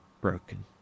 Broken